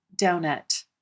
donut